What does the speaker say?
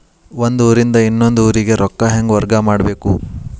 ಒಂದ್ ಊರಿಂದ ಇನ್ನೊಂದ ಊರಿಗೆ ರೊಕ್ಕಾ ಹೆಂಗ್ ವರ್ಗಾ ಮಾಡ್ಬೇಕು?